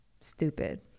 Stupid